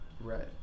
Right